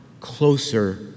closer